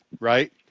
right